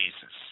Jesus